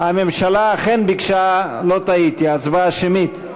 הממשלה אכן ביקשה, לא טעיתי, הצבעה שמית.